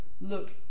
look